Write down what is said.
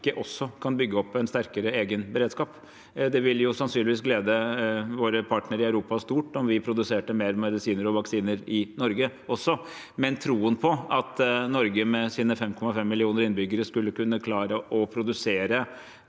også kan bygge opp en sterkere egen beredskap. Det vil sannsynligvis glede våre partnere i Europa stort om vi produserte mer medisiner og vaksiner også i Norge. Men at Norge med sine 5,5 millioner innbyggere skulle kunne klare å utvikle